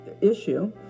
issue